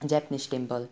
Japanese temple